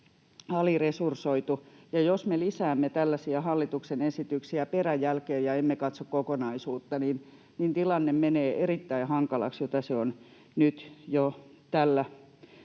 aliresursoitu, ja jos me lisäämme tällaisia hallituksen esityksiä peräjälkeen ja emme katso kokonaisuutta, niin tilanne menee erittäin hankalaksi, jota se on nyt jo tässäkin